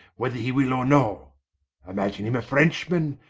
whither he will or no imagine him a frenchman,